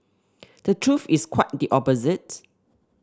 the truth is quite the opposite